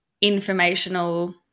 informational